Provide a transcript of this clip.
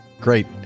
Great